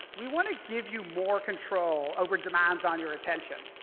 we want to give you more control over demands on your attention.